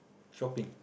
shopping